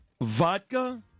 Vodka